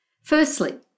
Firstly